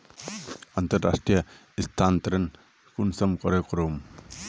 अंतर्राष्टीय स्थानंतरण कुंसम करे करूम?